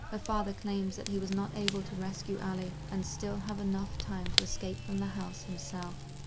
ah father claims that he was not able to rescue allie and still have enough time to escape from the house himself.